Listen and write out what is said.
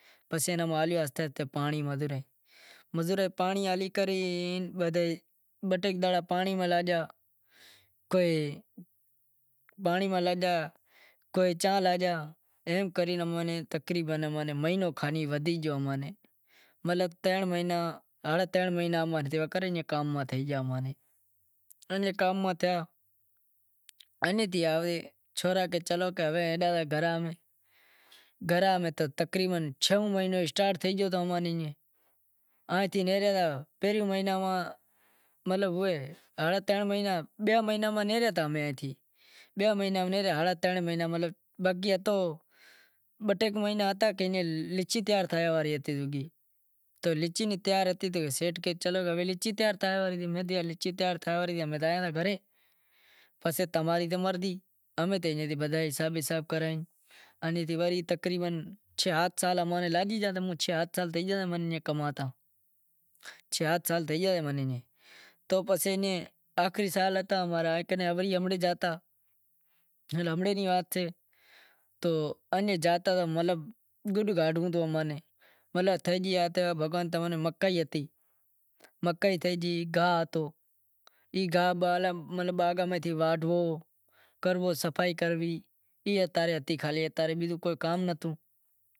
پسے ہوں ہالیو آہستے آہستے پانڑی ماتھے تو بہ ٹے دہاڑا امیں پانڑی ماتھے لاگیا تو ایئں کری مہینو کھن ودھی گیوں ماں نیں مطلب ترن مہینڑا ہاڈہا ترن مہینڑا کام ماتھے گیا کام تھا انہیں آوے سورا کہیں چلو امیں ہالاں تا گھراں نیں، گھراں میں تقریبن چھوں مہینوں اسٹارٹ تھی گیو امیں آ تھی نیہریا تھا پہریوں مہینو ہوئے، بہے مہینے نیہریا تھا بہ ٹے مہینا ہتا ہوے لچھی تیار تھینڑ واڑی ہتی تو لچھی تیار ہتی تو سیٹھ کہے ہلو لچھی تیار تھے گئی، توں اماں کہیو لچھی تیار تھے گئی پنڑ امیں تو ہلاں گھرے پسے تماں ری مرضی، ایئں تھے بدہا حساب بساب کرے وڑے امیں چھ ہات سال تھے گیا منیں تو پسے انیں آخری سال ہتا تو بھائی امڑے زاتا تو گڈ کاڈھنڑوں ہتو تو مکائی تھے گئی، گاہ ہتو، تو باغاں ماہ گاہ باہ کانڈھوو صفائی بفائی کرنووی ہتی ای تاں رے ہتی۔